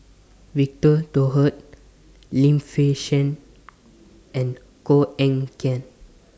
Victor Doggett Lim Fei Shen and Koh Eng Kian